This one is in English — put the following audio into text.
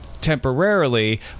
temporarily